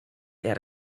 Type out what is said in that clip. out